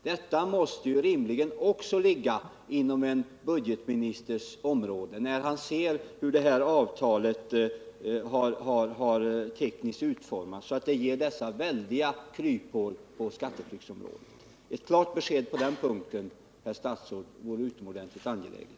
Detta måste rimligen också ligga inom en budgetministers område, då han kan se hur detta avtal tekniskt har utformats så, att det ger dessa väldiga kryphål på skatteflyktsområdet. Ett klart besked på den punkten, herr statsråd, är utomordentligt angeläget.